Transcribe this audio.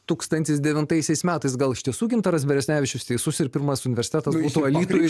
tūkstantis devintaisiais metais gal iš tiesų gintaras beresnevičius teisus ir pirmas universitetas būtų alytui